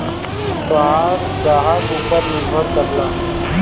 तोहार ग्राहक ऊपर निर्भर करला